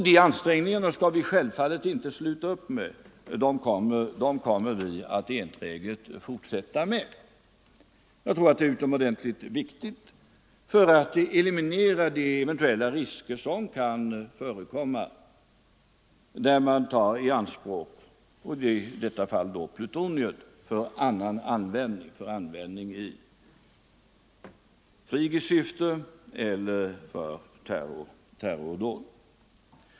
De ansträngningarna skall vi självfallet enträget fortsätta med. Jag tror det är utomordentligt viktigt för att eliminera de eventuella risker som kan förekomma att man använder i detta fall plutonium i krigiskt syfte eller för terrordåd.